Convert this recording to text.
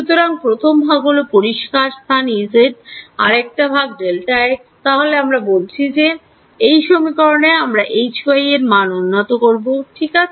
সুতরাং প্রথম ভাগ হল পরিষ্কার স্থান Ez আরেকটা ভাগ Δx তাহলে আমরা বলছি যে এই সমীকরণে আমরা Hy মান উন্নত করবো ঠিক আছে